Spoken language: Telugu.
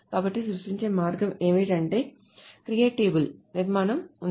కాబట్టి సృష్టించే మార్గం ఏమిటంటే క్రియేట్ టేబుల్ నిర్మాణం ఉంది